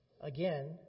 Again